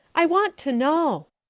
i want to know.